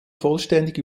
vollständig